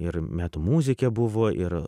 ir metu muzikė buvo ir